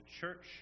church